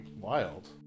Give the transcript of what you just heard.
wild